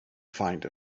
find